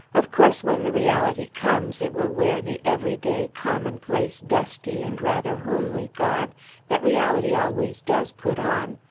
of course, when the reality comes, it will wear the every-day, commonplace, dusty, and rather homely garb that reality always does put on.